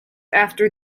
after